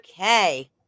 Okay